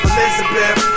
Elizabeth